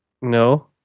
No